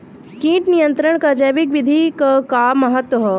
कीट नियंत्रण क जैविक विधि क का महत्व ह?